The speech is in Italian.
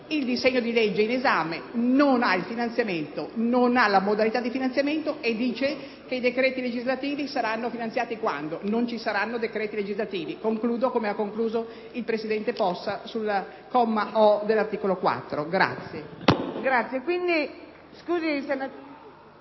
il disegno di legge in esame non ha il finanziamento e la modalita` di finanziamento, e dice che i decreti legislativi saranno finanziati. Ma quando? Non ci saranno decreti legislativi! Concludo come ha concluso il presidente Possa sulla lettera o) dell’articolo 4.